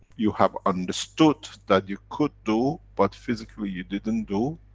you have understood, that you could do, but physically you didn't do,